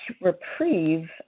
reprieve